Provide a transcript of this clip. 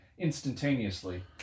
Instantaneously